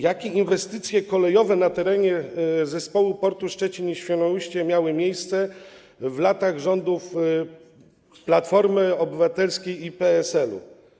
Jakie inwestycje kolejowe na terenie zespołu portów Szczecin i Świnoujście miały miejsce w latach rządów Platformy Obywatelskiej i PSL?